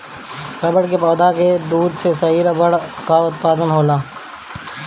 रबड़ के पौधा के दूध से ही रबड़ कअ उत्पादन होला